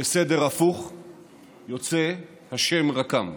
בסדר הפוך יוצא "ה' רקם".